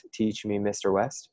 teachmemrwest